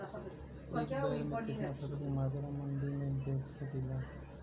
एक बेर में कितना फसल के मात्रा मंडी में बेच सकीला?